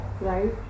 right